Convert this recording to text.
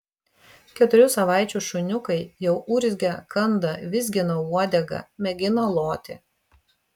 keturių savaičių šuniukai jau urzgia kanda vizgina uodegą mėgina loti